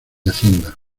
hacienda